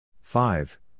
five